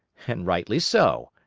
and rightly so.